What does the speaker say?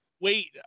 wait